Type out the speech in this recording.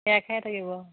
সেয়া খাই থাকিব